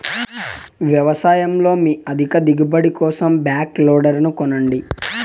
వ్యవసాయంలో మీ అధిక దిగుబడి కోసం బ్యాక్ లోడర్ కొనండి